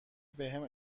بهم